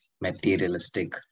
materialistic